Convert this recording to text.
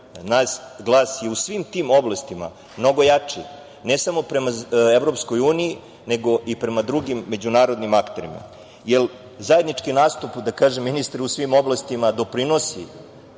sarađujemo … u svim tim oblastima mnogo smo jači ne samo prema EU, nego i prema drugim međunarodnim akterima jer zajednički nastup, da kažem, ministre, u svim oblastima doprinosi